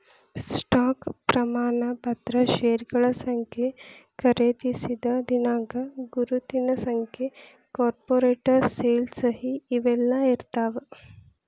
stock ಪ್ರಮಾಣ ಪತ್ರ ಷೇರಗಳ ಸಂಖ್ಯೆ ಖರೇದಿಸಿದ ದಿನಾಂಕ ಗುರುತಿನ ಸಂಖ್ಯೆ ಕಾರ್ಪೊರೇಟ್ ಸೇಲ್ ಸಹಿ ಇವೆಲ್ಲಾ ಇರ್ತಾವ